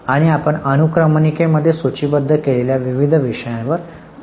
आणि आपण अनुक्रमणिकेमध्ये सूचीबद्ध केलेल्या विविध विषयांवर चर्चा करणार आहोत